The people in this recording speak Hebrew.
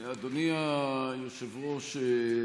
אדוני היושב-ראש,